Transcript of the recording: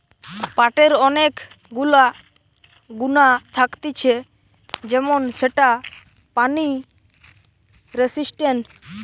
পাটের অনেক গুলা গুণা থাকতিছে যেমন সেটা পানি রেসিস্টেন্ট